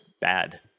bad